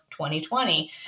2020